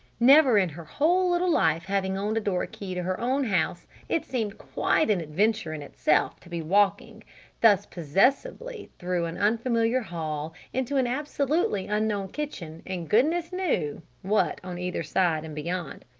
never in her whole little life having owned a door-key to her own house it seemed quite an adventure in itself to be walking thus possessively through an unfamiliar hall into an absolutely unknown kitchen and goodness knew what on either side and beyond.